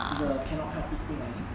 it's a cannot help it thing I mean